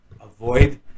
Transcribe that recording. avoid